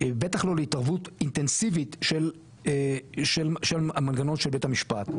בטח לא להתערבות אינטנסיבית של מנגנון של בית המשפט.